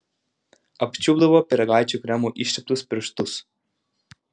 apčiulpdavo pyragaičių kremu išteptus pirštus